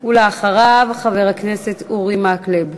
ואחריו, חבר הכנסת אורי מקלב.